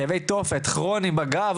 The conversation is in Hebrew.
כאבי תופת כרוני בגב,